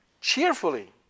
Cheerfully